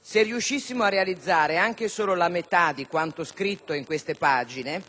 Se riuscissimo a realizzare anche solo la metà di quanto scritto in queste pagine